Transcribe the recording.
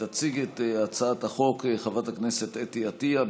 תציג את הצעת החוק חברת הכנסת אתי עטייה,